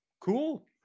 cool